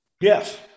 Yes